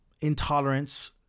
intolerance